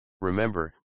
Remember